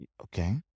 Okay